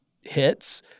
hits